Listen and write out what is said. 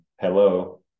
hello